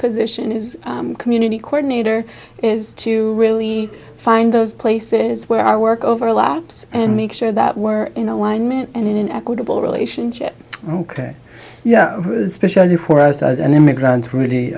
position is a community court nater is to really find those places where our work overlaps and make sure that we're in alignment and in an equitable relationship ok yeah especially for us as an immigrant